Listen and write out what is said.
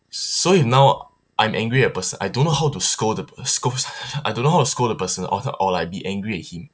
so if now I'm angry at person I don't know how to scold the per I don't know how to scold the person or the or like be angry at him